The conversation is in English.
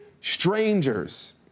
strangers